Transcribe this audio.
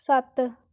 ਸੱਤ